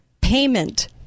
payment